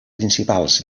principals